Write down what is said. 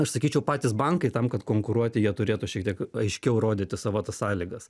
aš sakyčiau patys bankai tam kad konkuruoti jie turėtų šiek tiek aiškiau rodyti savo tas sąlygas